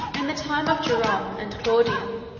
in the time of jerom and claudian,